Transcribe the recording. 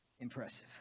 Impressive